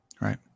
Right